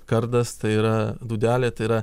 kardas tai yra dūdelė tai yra